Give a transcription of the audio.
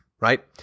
right